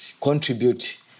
contribute